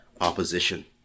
opposition